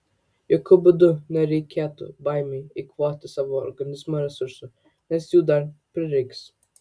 jokiu būdu nereikėtų baimei eikvoti savo organizmo resursų nes jų dar prireiks